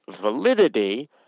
validity